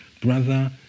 Brother